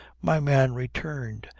my man returned,